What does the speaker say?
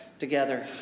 Together